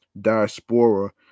diaspora